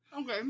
Okay